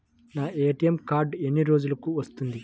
నా ATM card ఎన్ని రోజులకు వస్తుంది?